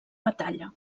batalla